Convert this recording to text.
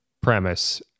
premise